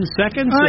seconds